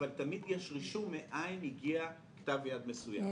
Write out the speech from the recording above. אבל תמיד יש את הרישום מאין הגיע כתב יד מסוים.